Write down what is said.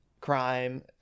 crime